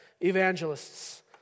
evangelists